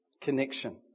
Connection